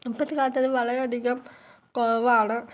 ഇപ്പോഴത്തെ കാലത്ത് അത് വളരെ അധികം കുറവാണ്